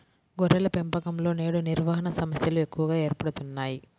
గొర్రెల పెంపకంలో నేడు నిర్వహణ సమస్యలు ఎక్కువగా ఏర్పడుతున్నాయి